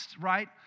right